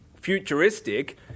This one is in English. futuristic